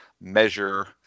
measure